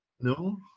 No